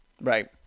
Right